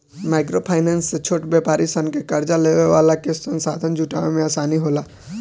micro finance से छोट व्यापारी सन के कार्जा लेवे वाला के संसाधन जुटावे में आसानी होला